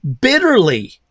bitterly